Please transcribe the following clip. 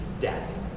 death